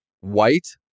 White